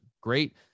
great